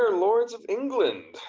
and lords of england,